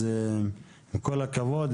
אז עם כל הכבוד,